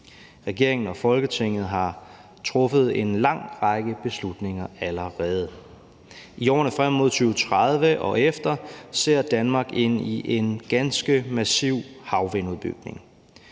Regeringen og Folketinget har allerede truffet en lang række beslutninger. Og i årene frem mod 2030 og efter ser Danmark ind i en ganske massiv havvindudbygning.